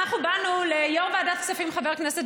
אנחנו באנו ליו"ר ועדת כספים חבר הכנסת